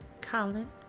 Colin